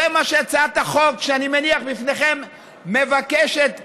זה מה שהצעת החוק שאני מניח בפניכם מבקשת לעשות.